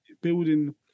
building